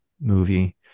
movie